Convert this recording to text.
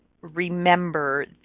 remember